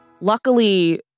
Luckily